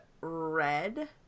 Red